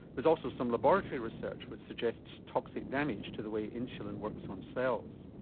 there's also some laboratory research which suggests toxic damage to the way insulin works on cells.